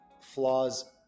flaws